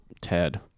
Ted